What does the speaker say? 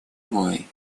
вой